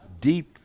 deep